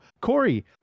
Corey